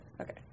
Okay